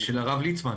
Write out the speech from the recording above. של הרב ליצמן.